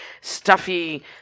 stuffy